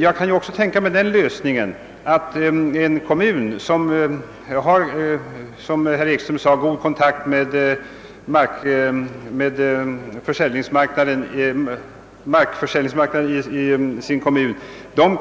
Jag kan också tänka mig den lösningen att en kommun som har, som herr Ekström sade, god kontakt med markförsäljningsmarknaden inom kommunen,